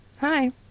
Hi